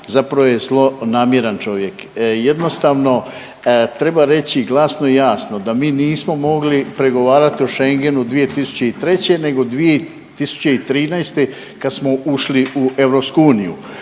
zapravo je zlonamjeran čovjek. Jednostavno treba reći glasno i jasno da mi nismo mogli pregovarati o Schengenu 2003. nego 2013. kad smo ušli u EU.